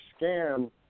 scam